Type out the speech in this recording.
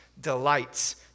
delights